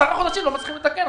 10 חודשים לא מצליחים לתקן.